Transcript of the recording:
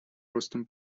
ростом